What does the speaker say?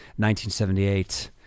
1978